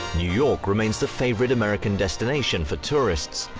new york remains the favourite american destination for tourists,